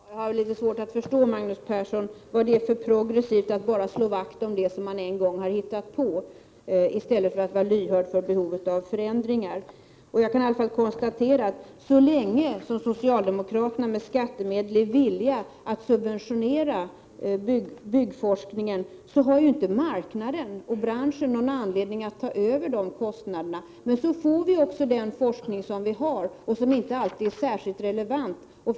Herr talman! Jag har litet svårt att förstå, Magnus Persson, vad som är progressivt i att bara slå vakt om det som man en gång har hittat på, i stället för att vara lyhörd för behov av förändringar. Låt mig också konstatera att så länge som socialdemokraterna är villiga att med skattemedel subventionera byggforskningen har marknaden och branschen inte någon anledning att ta över kostnaderna på detta område. Men så får vi också den forskning som vi har och som ofta inte är särskilt relevant.